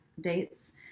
dates